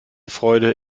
freude